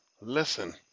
Listen